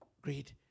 greed